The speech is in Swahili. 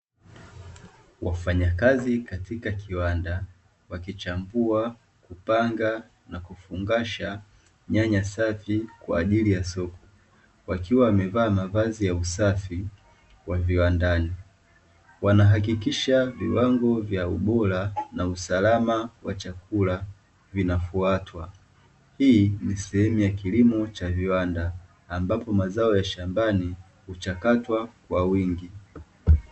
Wafanyakazi katika kiwanda wakichambua, kupanga na kufungasha nyanya safi kwa ajili ya soko, wakiwa wamevaa mavazi ya usafi wa viwandani. Wanahakikisha viwango vya ubora na usalama wa chakula vinafuatwa. Hii ni sehemu ya kilimo cha viwanda ambapo mazao ya shambani huchakatwa kwa wingi.